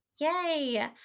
Yay